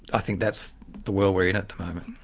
i think that's the world we're in at the moment.